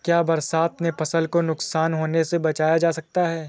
क्या बरसात में फसल को नुकसान होने से बचाया जा सकता है?